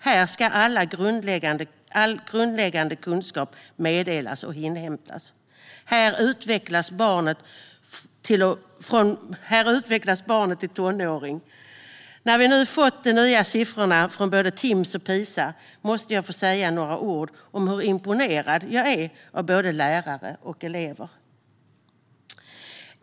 Här ska all grundläggande kunskap meddelas och inhämtas. Här utvecklas barnet till tonåring. När vi nu har fått de nya siffrorna från både Timss och PISA måste jag få säga några ord om hur imponerad jag är av både lärare och elever.